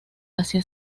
asia